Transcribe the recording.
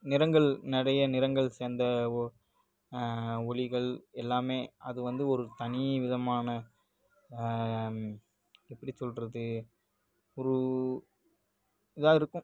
நிறங்கள் நிறைய நிறங்கள் சேர்ந்த ஒ ஒளிகள் எல்லாம் அது வந்து ஒரு தனி விதமான எப்படி சொல்கிறது ஒரு இதாக இருக்கும்